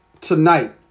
tonight